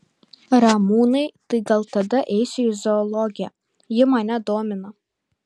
ramūnai tai gal tada eisiu į zoologiją ji mane domina